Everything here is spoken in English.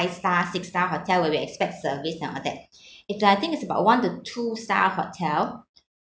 five star six star hotel where we expect service and all that it's uh I think it's about one to two star hotel